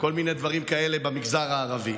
כל מיני דברים כאלה במגזר הערבי.